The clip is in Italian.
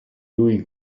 lui